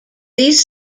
these